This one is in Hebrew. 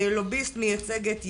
לוביסט שמייצג את יה"ת.